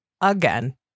again